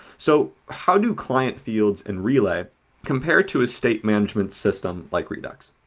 so how do client fields in relay compared to state management system like redux?